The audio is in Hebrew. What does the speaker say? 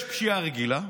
יש פשיעה רגילה,